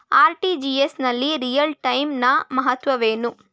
RTGS ನಲ್ಲಿ real time ನ ಮಹತ್ವವೇನು?